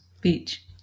Beach